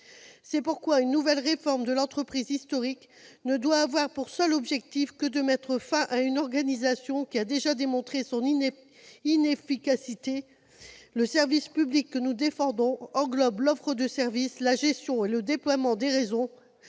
C'est pourquoi une nouvelle réforme de l'entreprise historique ne doit avoir pour seul objectif que de mettre fin à une organisation qui a déjà démontré son inefficacité. Le service public que nous défendons englobe non seulement l'offre de services, la gestion et le déploiement des réseaux,